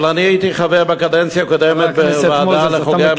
אבל אני הייתי חבר בקדנציה הקודמת בוועדה לחוקי המשילות,